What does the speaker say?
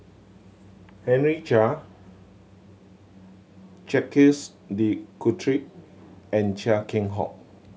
Henry Chia Jacques De Coutre and Chia Keng Hock